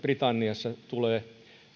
britanniassa tulee